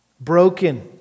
broken